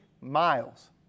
miles